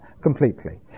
completely